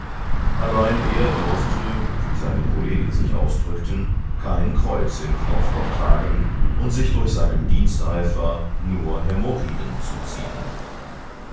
allein er durfte wie seine kollegen sich ausdrückten kein kreuz im knopfloch tragen und sich durch seinen diensteifer nur hämorrhoiden zuziehen